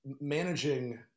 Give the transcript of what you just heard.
managing